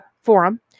forum